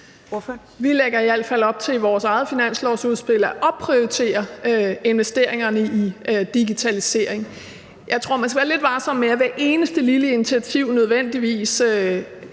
i hvert fald op til at opprioritere investeringerne i digitalisering. Jeg tror, at man skal være lidt varsom med at sige, at hver eneste lille initiativ nødvendigvis